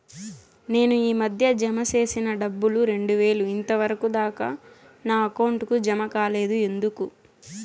నేను ఈ మధ్య జామ సేసిన డబ్బులు రెండు వేలు ఇంతవరకు దాకా నా అకౌంట్ కు జామ కాలేదు ఎందుకు?